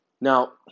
Now